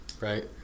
right